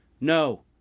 no